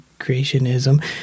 creationism